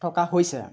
থকা হৈছে